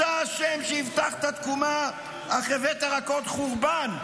אתה אשם שהבטחת תקומה אך הבאת רק עוד חורבן.